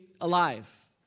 alive